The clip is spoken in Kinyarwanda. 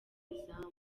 izamu